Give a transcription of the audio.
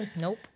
Nope